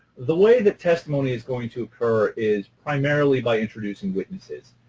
the way that testimony is going to occur is primarily by introducing witnesses.